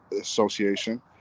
Association